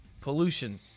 Pollution